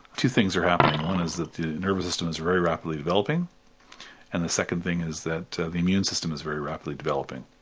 two things are happening. one is that the nervous system is very rapidly developing and the second thing is that the immune system is very rapidly developing.